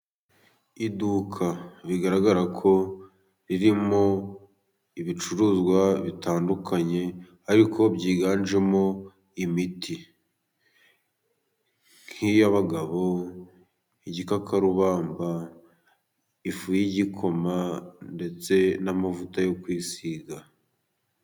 Iduka bigaragara ko ririmo ibicuruzwa bitandukanye ariko byiganjemo imiti. Nk'iy'abagabo, igikakarubamba, ifu y'igikoma ndetse n'amavuta yo kwisiga.